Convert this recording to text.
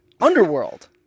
Underworld